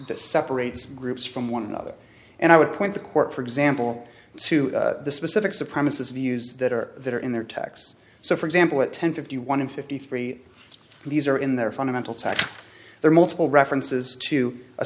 that separates groups from one another and i would point the court for example to the specific supremacy views that are that are in there tax so for example at ten fifty one and fifty three these are in their fundamental tax there are multiple references to a